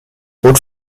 rot